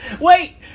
Wait